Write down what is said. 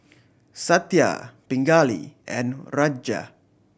Satya Pingali and Raja